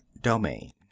domain